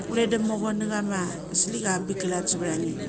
Kule de macho na kama slik avabik klan seve cha nge.